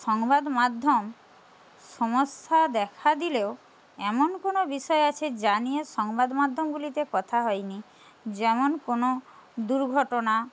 সংবাদমাধ্যম সমস্যা দেখা দিলেও এমন কোনো বিষয় আছে যা নিয়ে সংবাদমাধ্যমগুলিতে কথা হয়নি যেমন কোনো দুর্ঘটনা